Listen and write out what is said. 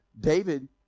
David